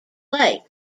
lake